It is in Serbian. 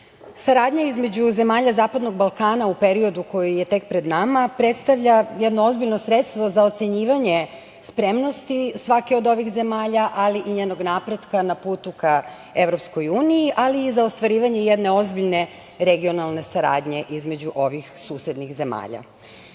čini. Saradnja između zemalja zapadnog Balkana u periodu koji je tek pred nama predstavlja jedno ozbiljno sredstvo za ocenjivanje spremnosti svake od ovih zemalja, ali i njenog napretka na putu ka EU, ali i za ostvarivanje jedne ozbiljne regionalne saradnje između ovih susednih zemalja. Sve